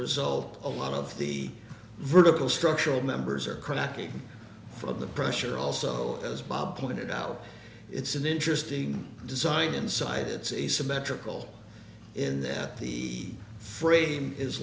result a lot of the vertical structural members are cracking from the pressure also as bob pointed out it's an interesting design inside it's asymmetrical in that the frame is